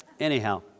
Anyhow